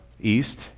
east